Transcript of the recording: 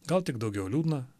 gal tik daugiau liūdna